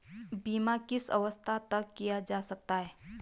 बीमा किस अवस्था तक किया जा सकता है?